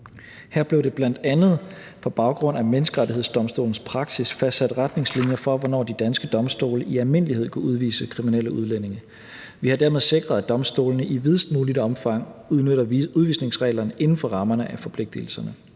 Her blev der bl.a. på baggrund af Menneskerettighedsdomstolens praksis fastsat retningslinjer for, hvornår de danske domstole i almindelighed kunne udvise kriminelle udlændinge. Vi har dermed sikret, at domstolene i videst muligt omfang udnytter udvisningsreglerne inden for rammerne af forpligtigelserne.